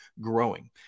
growing